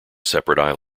separate